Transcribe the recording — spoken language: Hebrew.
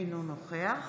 אינו נוכח